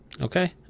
Okay